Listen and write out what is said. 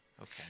Okay